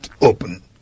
open